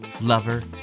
lover